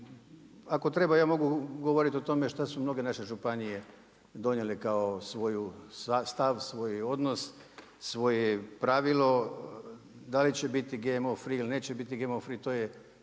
Ako treba ja mogu govoriti o tome šta su mnoge naše županije donijele kao svoj stav, svoj odnos, svoje pravilo, dali će biti GMO free ili neće biti GMO free to je